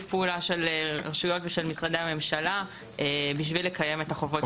פעולה של רשויות ושל משרדי הממשלה בשביל לקיים את החובות שבדין.